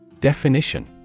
Definition